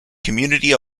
community